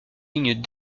lignes